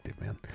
man